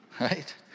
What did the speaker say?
right